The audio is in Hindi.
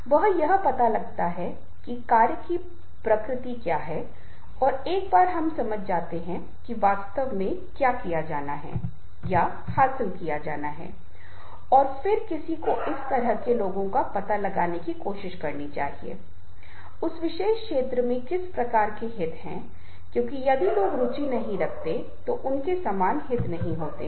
लीडरशिप का मतलब है क्या लीड है लीडर होना चाहिए और फिर कुछ फॉलोअर्सअनुयायी होने चाहिए कोई नेता होने का दावा नहीं कर सकता है यदि वह कुछ अनुयायी नहीं है